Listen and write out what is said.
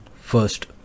First